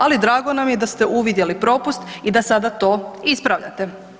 Ali drago nam je da ste uvidjeli propust i da sada to ispravljate.